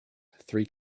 three